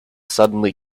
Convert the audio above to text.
suddenly